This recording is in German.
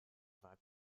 war